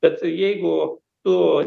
bet jeigu tu